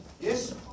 Yes